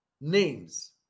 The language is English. names